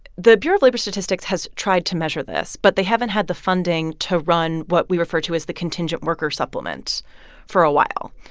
the bureau of labor statistics has tried to measure this, but they haven't had the funding to run what we refer to as the contingent worker supplement for a while.